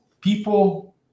people